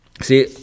see